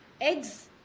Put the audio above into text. Eggs